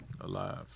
Alive